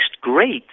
great